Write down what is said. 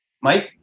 Mike